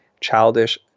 Childish